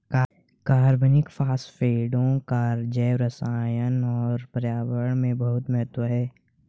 कार्बनिक फास्फेटों का जैवरसायन और पर्यावरण में बहुत महत्व है